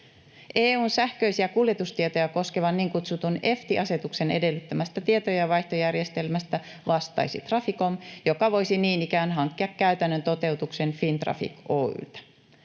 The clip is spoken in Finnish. EU:n sähköisiä kuljetustietoja koskevan niin kutsutun eFTI-asetuksen edellyttämästä tietojenvaihtojärjestelmästä vastaisi Traficom, joka voisi niin ikään hankkia käytännön toteutuksen Fintraffic Oy:ltä.